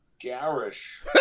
garish